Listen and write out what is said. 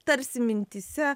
tarsi mintyse